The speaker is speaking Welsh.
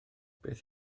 beth